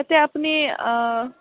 এতিয়া আপুনি